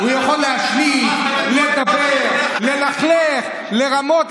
הוא יכול להשמיץ, לדבר, ללכלך, לרמות.